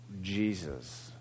jesus